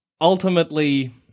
ultimately